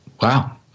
Wow